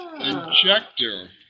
injector